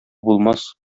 булмас